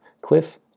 Cliff